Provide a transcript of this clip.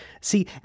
See